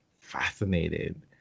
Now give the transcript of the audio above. Fascinated